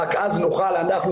רק אז נוכל אנחנו,